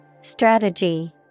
Strategy